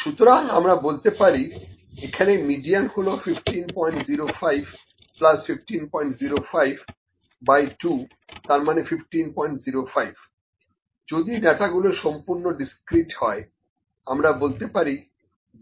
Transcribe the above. সুতরাং আমরা বলতে পারি এখানে মিডিয়ান হলো 1505 প্লাস 1505 অর্থাৎ পঞ্চম প্লাস ষষ্ঠ ভ্যালু বাই 2 সমান 1505 যদি ডাটা গুলো সম্পূর্ণ ডিসক্রিট হয় আমরা বলতে পারি